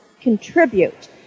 contribute